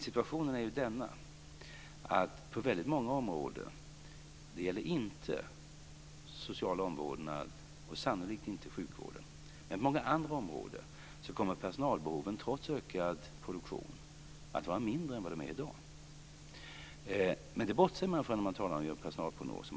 Situationen är den att på många områden - men det gäller inte de sociala områdena och sannolikt inte sjukvården - så kommer personalbehoven trots ökad produktion att vara mindre än de är i dag. Men det bortser man från när man talar om detta och när man gör personalprognoser.